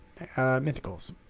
Mythicals